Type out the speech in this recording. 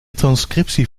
transcriptie